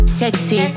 sexy